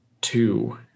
two